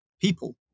people